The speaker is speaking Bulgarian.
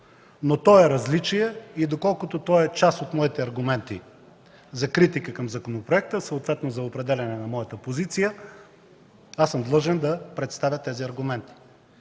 но той е различие и доколкото е част от моите аргументи за критика към законопроекта, съответно за определяне на моята позиция, аз съм длъжен да представя тези аргументи.